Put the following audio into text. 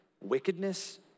wickedness